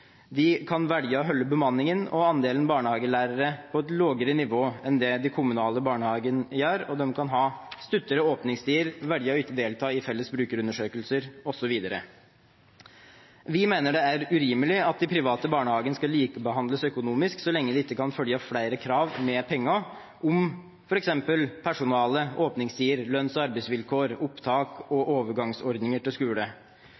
De kan velge å holde bemanningen og andelen barnehagelærere på et lavere nivå enn det de kommunale barnehagene gjør, og de kan ha kortere åpningstider, velge ikke å delta i felles brukerundersøkelser osv. Vi mener det er urimelig at de private barnehagene skal likebehandles økonomisk så lenge det ikke følger flere krav med pengene til f.eks. personale, åpningstid, lønns- og arbeidsvilkår, opptak og overgangsordninger til skole.